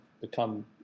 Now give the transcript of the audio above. become